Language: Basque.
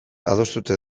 adostuta